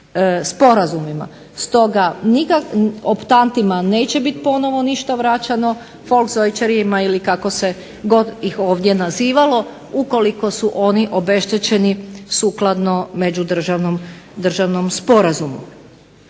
sporazumima. Stoga, optantima neće biti ponovno ništa vraćeno, … /Govornik se ne razumije./… ili kako se god ih ovdje nazivalo, ukoliko su oni obeštećeni sukladno međudržavnom sporazumu.